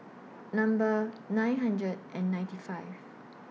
Number nine hundred and ninety five